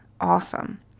awesome